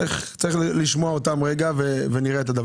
צריך לשמוע אותם ולראות.